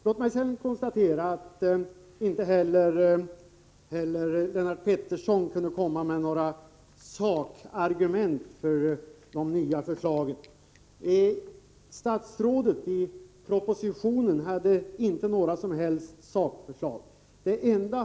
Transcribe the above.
Låt mig vidare konstatera att inte heller Lennart Pettersson kunde framföra några sakargument när det gäller de nya förslagen — vederbörande statsråd hade ju inte några som helst sakförslag att komma med i propositionen.